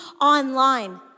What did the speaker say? online